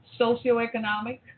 socioeconomic